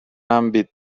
àmbit